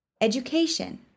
Education